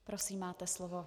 Prosím, máte slovo.